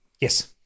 Yes